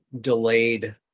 delayed